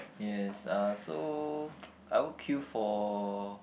yes uh so I will queue for